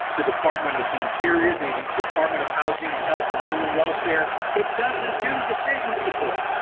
the department of the interior, the department of housing, and health and human welfare, it doesn't do decision support,